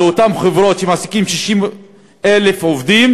את אותן חברות שמעסיקות 60,000 עובדים.